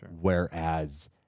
whereas